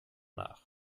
nach